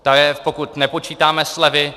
Ta je, pokud nepočítáme slevy.